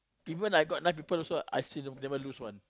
even I got nine people also I still never lose one